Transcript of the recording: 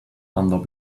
under